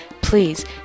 please